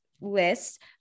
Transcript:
list